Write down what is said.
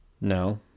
No